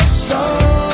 strong